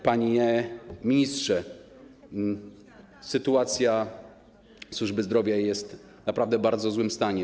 Panie ministrze, sytuacja służby zdrowia jest naprawdę w bardzo złym stanie.